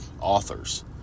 authors